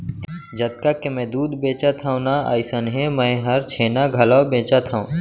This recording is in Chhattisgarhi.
जतका के मैं दूद बेचथव ना अइसनहे मैं हर छेना घलौ बेचथॅव